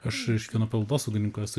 aš reiškia nuo paveldosaugininkų esu